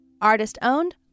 Artist-owned